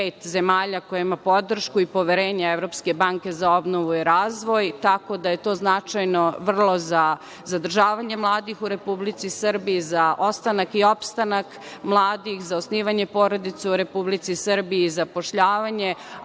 zemalja koja ima podršku i poverenje Evropske banke za obnovu i razvoj. To je vrlo značajno za zadržavanje mladih u Republici Srbiji, za ostanak i opstanak mladih, za osnivanje porodica u Republici Srbiji i zapošljavanje. Od